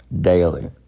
daily